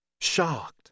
shocked